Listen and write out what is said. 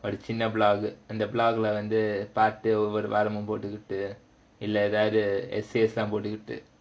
ஒரு சின்ன:oru chinna blog அந்த:andha blog leh வந்து பாட்டு ஒவ்வொரு வாரமும் போட்டுட்டு:vandhu paattu ovvoru vaaramum pottuttu